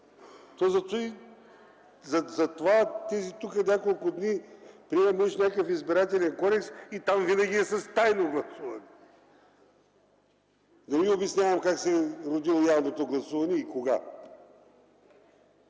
Затова тези няколко дни приемаме уж някакъв избирателен кодекс и там винаги е с тайно гласуване. Да не ви обяснявам как се е родило явното гласуване и кога.